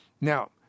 Now